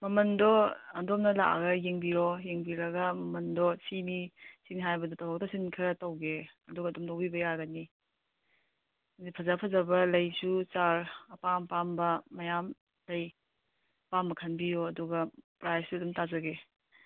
ꯃꯃꯜꯗꯣ ꯑꯗꯣꯝꯅ ꯂꯥꯛꯑꯒ ꯌꯦꯡꯕꯤꯔꯣ ꯌꯦꯡꯕꯤꯔꯒ ꯃꯃꯜꯗꯣ ꯁꯤꯅꯤ ꯁꯤꯅꯤ ꯍꯥꯏꯕꯗꯣ ꯇꯥꯊꯣꯛ ꯇꯥꯁꯤꯟ ꯈꯔ ꯇꯧꯒꯦ ꯑꯗꯨꯒ ꯑꯗꯨꯝ ꯂꯧꯕꯤꯕ ꯌꯥꯒꯅꯤ ꯑꯗꯩ ꯐꯖ ꯐꯖꯕ ꯂꯩꯁꯨ ꯆꯥꯔꯥ ꯑꯄꯥꯝ ꯑꯄꯥꯝꯕ ꯃꯌꯥꯝ ꯂꯩ ꯑꯄꯥꯝꯕ ꯈꯟꯕꯤꯌꯣ ꯑꯗꯨꯒ ꯄ꯭ꯔꯥꯏꯁꯁꯨ ꯑꯗꯨꯝ ꯇꯥꯖꯒꯦ